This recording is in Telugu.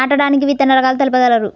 నాటడానికి విత్తన రకాలు తెలుపగలరు?